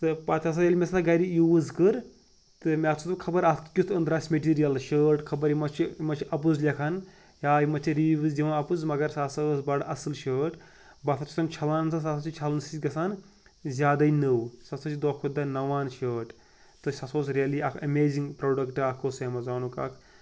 تہٕ پَتہٕ ہَسا ییٚلہِ مےٚ سۄ گَرِ یوٗز کٔر تہٕ مےٚ ہَسا دوٚپ خَبَر اَتھ کیُتھ أنٛدرٕ آسہِ میٹیٖریَل شٲٹ خَبَر یِہ چھِ یِہ ما چھِ اَپُز لیکھان یا یِم ما چھِ رِوِوٕز دِوان اَپُز مگر سۄ ہَسا ٲس بَڑٕ اَصٕل شٲٹ بہٕ ہَسا چھُسن چھَلان سۄ سُہ ہَسا چھِ چھَلنہٕ سۭتۍ گژھان زیادَے نٔو سُہ ہَسا چھِ دۄہ کھۄتہٕ دۄہ نَوان شٲٹ تہٕ سُہ ہَسا اوس ریلی اَکھ ایمیزِنٛگ پرٛوڈَکٹ اَکھ اوس ایمیزانُک اَکھ